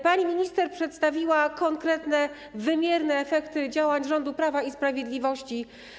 Pani minister przedstawiła konkretne, wymierne efekty działań rządu Prawa i Sprawiedliwości.